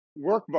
workbook